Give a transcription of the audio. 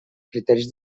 criteris